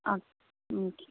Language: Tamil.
ம் ஓகே